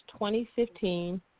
2015